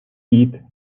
teeth